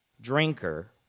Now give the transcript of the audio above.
drinker